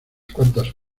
cuantas